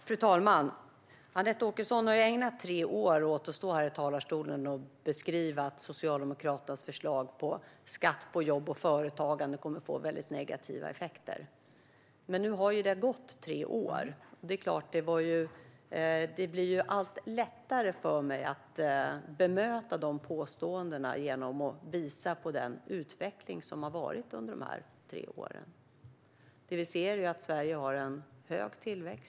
Fru talman! Anette Åkesson har under tre år ägnat sig åt att stå här i talarstolen och beskriva att Socialdemokraternas förslag till skatt på jobb och företagande kommer att få väldigt negativa effekter. Nu har det gått tre år. Det blir allt lättare för mig bemöta de påståendena genom att visa på den utveckling som har varit under de tre åren. Det vi ser är att Sverige har en hög tillväxt.